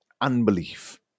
unbelief